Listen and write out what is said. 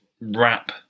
wrap